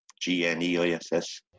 G-N-E-I-S-S